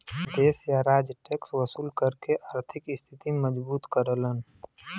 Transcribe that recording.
देश या राज्य टैक्स वसूल करके आर्थिक स्थिति मजबूत करलन